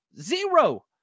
Zero